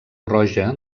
roja